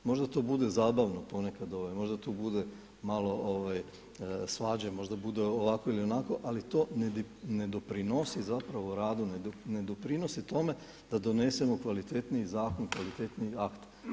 Možda to bude zabavno ponekad, možda tu bude malo svađe, možda bude ovako ili onako, ali to ne doprinosi radu, ne doprinosi tome da donesemo kvalitetniji zakon, kvalitetniji akt.